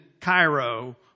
Cairo